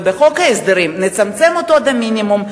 את חוק ההסדרים נצמצם עד המינימום,